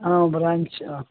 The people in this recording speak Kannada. ಹಾಂ ಬ್ರಾಂಚ್